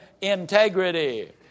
integrity